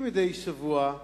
כמדי שבוע,